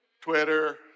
Twitter